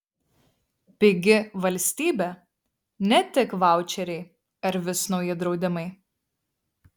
pigi valstybė ne tik vaučeriai ar vis nauji draudimai